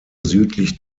südlich